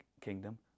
kingdom